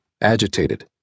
agitated